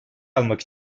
almak